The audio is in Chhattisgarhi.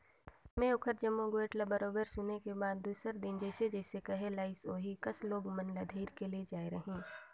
में ओखर जम्मो गोयठ ल बरोबर सुने के बाद दूसर दिन जइसे जइसे कहे लाइस ओही कस लोग मन ल धइर के ले जायें रहें